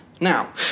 Now